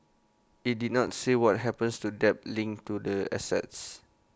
IT did not say what happens to debt linked to the assets